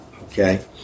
okay